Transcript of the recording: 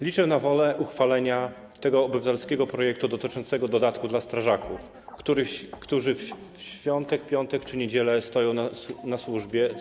Liczę na wolę uchwalenia tego obywatelskiego projektu dotyczącego dodatku dla strażaków, którzy w świątek, piątek czy niedzielę są na służbie.